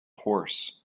horse